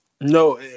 No